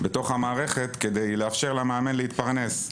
בתוך המערכת כדי לאפשר למאמן להתפרנס.